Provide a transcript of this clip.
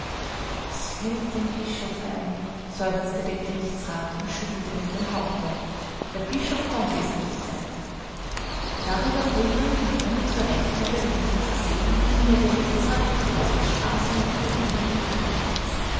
was fällt dem bischof ein seufzte der gerichtsrat und schüttelte mit dem haupte der bischof konnte es nicht sein darüber grübelnd und ohne zur rechten oder linken zu sehen ging der gerichtsrat durch die oststraße und über den